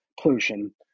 pollution